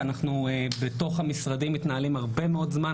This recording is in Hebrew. ואנחנו בתוך המשרדים מתנהלים הרבה מאוד זמן